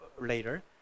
later